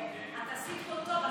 עשית פה טוב,